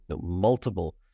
multiple